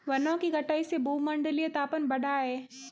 वनों की कटाई से भूमंडलीय तापन बढ़ा है